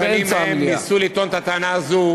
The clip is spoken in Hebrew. אנחנו הרי יודעים שכאשר בשנים ההן ניסו לטעון את הטענה הזאת,